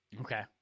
Okay